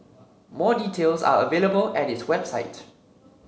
more details are available at its website